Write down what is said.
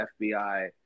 FBI